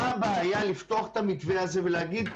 מה הבעיה לפתוח את המתווה הזה ולהגיד,